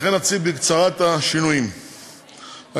לכן אציג בקצרה את השינויים העיקריים.